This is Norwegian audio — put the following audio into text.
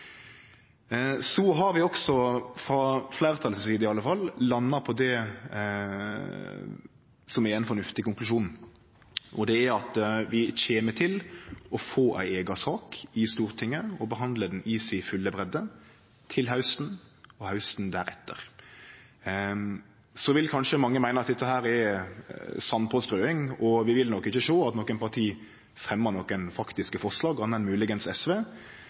Så har vi også, frå fleirtalet si side i alle fall, landa på det som er ein fornuftig konklusjon, og det er at vi kjem til å få ei eiga sak i Stortinget og behandle ho i si fulle breidde til hausten og hausten deretter. Mange vil kanskje meine at dette er sandpåstrøing, og vi vil nok ikkje sjå at partia fremjar nokon faktiske forslag, andre enn moglegvis SV,